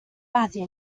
base